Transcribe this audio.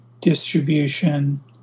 distribution